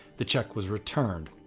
the check was returned.